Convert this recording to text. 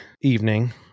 evening